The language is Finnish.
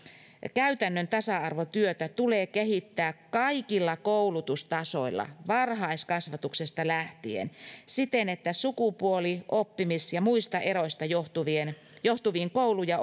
käytännön tasa arvotyötä tulee kehittää kaikilla koulutustasoilla varhaiskasvatuksesta lähtien siten että sukupuoli oppimis ja muista eroista johtuviin johtuviin koulu ja